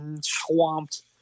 swamped